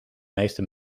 meeste